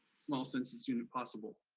small census unit possible.